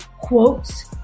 quotes